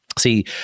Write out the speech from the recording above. See